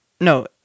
no